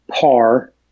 par